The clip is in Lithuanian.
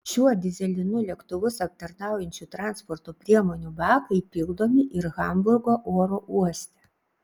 šiuo dyzelinu lėktuvus aptarnaujančių transporto priemonių bakai pildomi ir hamburgo oro uoste